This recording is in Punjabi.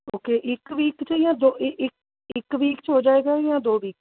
ਓਕੇ ਇੱਕ ਵੀਕ ਚੋਂ ਜਾਂ ਇੱਕ ਵੀਕ 'ਚ ਹੋ ਜਾਵੇਗਾ ਜਾਂ ਦੋ ਵੀਕ 'ਚ